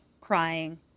crying